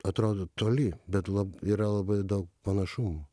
atrodo toli bet yra labai daug panašumų